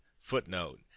footnote